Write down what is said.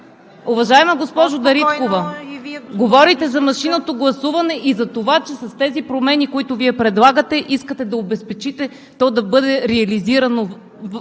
Уважаема госпожо Дариткова, говорите за машинното гласуване и че с тези промени, които Вие предлагате, искате да обезпечите то да бъде реализирано в